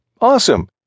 Awesome